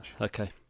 Okay